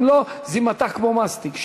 אם לא, זה יימתח כמו מסטיק.